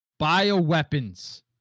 Bioweapons